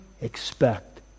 expect